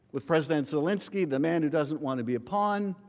with president zelensky, the man who does want to be upon,